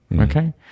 Okay